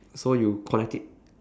so you connect it